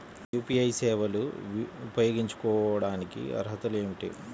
UPI సేవలు ఉపయోగించుకోటానికి అర్హతలు ఏమిటీ?